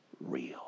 real